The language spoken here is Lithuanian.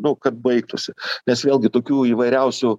nu kad baigtųsi nes vėlgi tokių įvairiausių